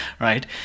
right